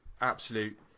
absolute